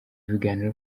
ibiganiro